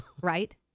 Right